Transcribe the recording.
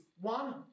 one